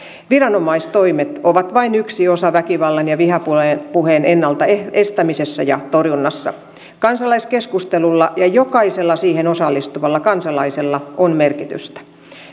viranomaistoimet ovat vain yksi osa väkivallan ja vihapuheen ennaltaestämisessä ja torjunnassa kansalaiskeskustelulla ja jokaisella siihen osallistuvalla kansalaisella on merkitystä